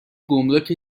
گمرک